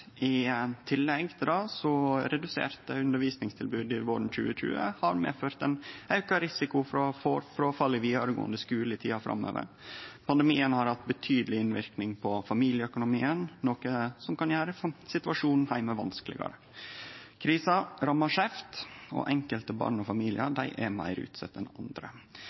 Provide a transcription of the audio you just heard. auka risiko for fråfall i vidaregåande skule i tida framover. Pandemien har hatt betydeleg innverknad på familieøkonomien, noko som kan gjere situasjonen heime vanskelegare. Krisa rammar skeivt, og enkelte barn og familiar er meir utsette enn andre.